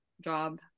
job